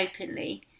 openly